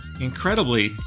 incredibly